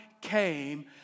came